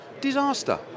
disaster